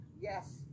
yes